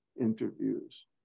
interviews